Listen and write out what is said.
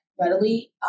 readily